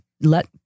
let